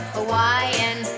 Hawaiian